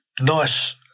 nice